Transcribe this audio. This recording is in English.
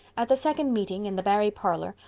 at the second meeting, in the barry parlor,